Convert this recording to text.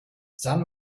san